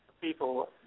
people